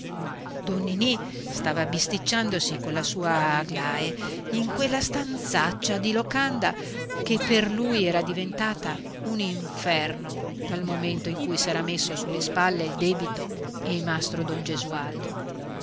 don ninì stava bisticciandosi colla sua aglae in quella stanzaccia di locanda che per lui era diventata un inferno dal momento in cui s'era messo sulle spalle il debito e mastro don gesualdo